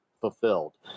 fulfilled